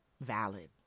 valid